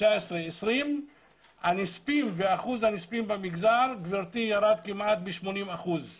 2019 ו-2020 אחוז הנספים במגזר ירד כמעט ב-80 אחוזים